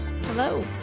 Hello